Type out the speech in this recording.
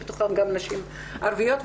שבתוכן גם נשים ערביות,